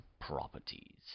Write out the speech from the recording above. properties